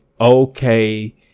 okay